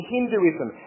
Hinduism